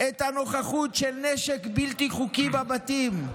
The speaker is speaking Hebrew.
את הנוכחות של נשק בלתי חוקי בבתים,